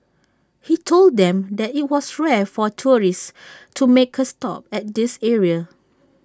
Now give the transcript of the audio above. he told them that IT was rare for tourists to make A stop at this area